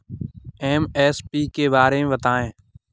MSP के बारे में बतायें?